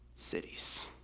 cities